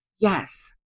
Yes